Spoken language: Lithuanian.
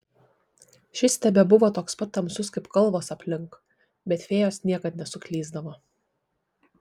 šis tebebuvo toks pat tamsus kaip kalvos aplink bet fėjos niekad nesuklysdavo